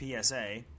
PSA